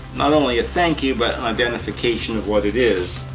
not only a thank you but identification of what it is.